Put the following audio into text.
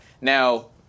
Now